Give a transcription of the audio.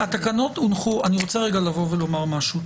אני רוצה לבוא ולומר משהו,